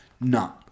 no